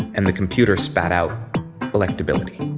and the computer spat out electability